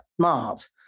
smart